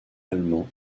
allemand